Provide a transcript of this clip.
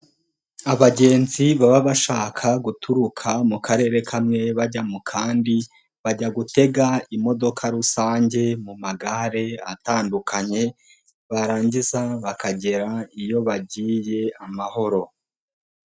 Abagenzi baba bashaka guturuka mu karere kamwe bajya mu kandi ,bajya gutega imodoka rusange mu magare atandukanye, barangiza bakagera iyo bagiye amahoro.